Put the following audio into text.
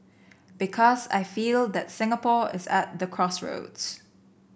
because I feel that Singapore is at the crossroads